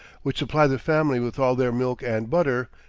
which supplied the family with all their milk and butter,